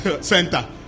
Center